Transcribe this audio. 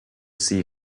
see